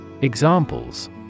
Examples